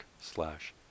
slash